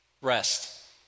rest